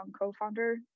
co-founder